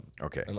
Okay